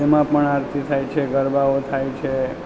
તેમાં પણ આરતી થાય છે ગરબાઓ થાય છે